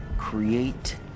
create